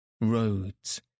roads